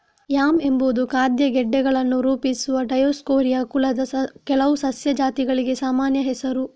yam ಎಂಬುದು ಖಾದ್ಯ ಗೆಡ್ಡೆಗಳನ್ನು ರೂಪಿಸುವ ಡಯೋಸ್ಕೋರಿಯಾ ಕುಲದ ಕೆಲವು ಸಸ್ಯ ಜಾತಿಗಳಿಗೆ ಸಾಮಾನ್ಯ ಹೆಸರು